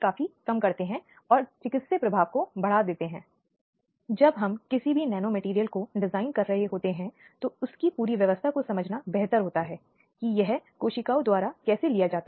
आगे जारी रखने के लिए हिंसा के मुद्दे पर चर्चा करते हुए बाल यौन शोषण का मुद्दा बहुत गंभीर अपराध में से एक है जिसका उल्लेख यहां किया जाना चाहिए